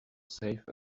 safe